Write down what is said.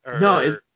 No